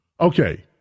Okay